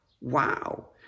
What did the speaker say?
Wow